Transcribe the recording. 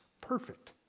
perfect